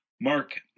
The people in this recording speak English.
Mark